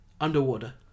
underwater